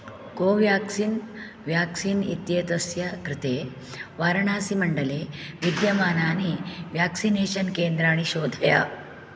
Covaxin vaccine इत्येतस्य कृते वाराणसीमण्डले विद्यमानानि व्याक्सिनेषन् केन्द्राणि शोधय